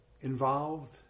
involved